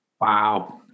Wow